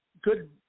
good